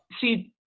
See